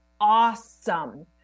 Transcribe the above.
awesome